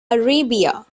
arabia